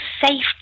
safety